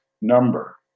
number